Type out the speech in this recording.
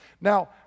Now